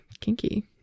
Kinky